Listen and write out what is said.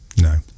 No